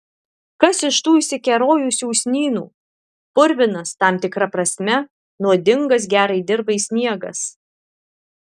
kas iš tų išsikerojusių usnynų purvinas tam tikra prasme nuodingas gerai dirvai sniegas